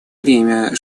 время